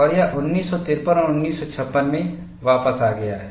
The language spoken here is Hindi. और यह 1953 और 1956 में वापस आ गया है